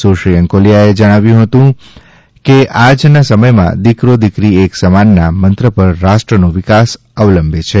સુ શ્રી અંકોલીયાએ વધુમાં જણાવ્યુ હતું કે આજના સમયમાં દીકરો દીકરી એક સમાનના મંત્ર પર રાષ્ટ્રનો વિકાસ અવલંબે છે